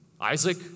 Isaac